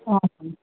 હા હં